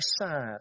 sad